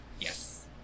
yes